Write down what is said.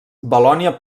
valònia